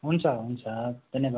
हुन्छ हुन्छ धन्यवाद